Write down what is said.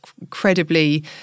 incredibly